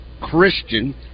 Christian